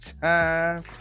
time